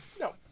no